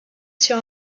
sur